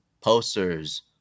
posters